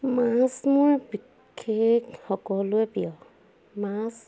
মাছ মোৰ বিশেষ সকলোৱে প্ৰিয় মাছ